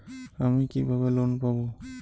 আমি কিভাবে লোন পাব?